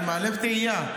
אני מעלה תהייה,